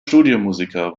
studiomusiker